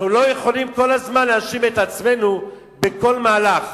אנחנו לא יכולים כל הזמן להאשים את עצמנו בכל מהלך.